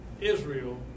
Israel